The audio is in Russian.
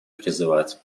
призывать